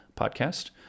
podcast